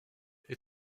est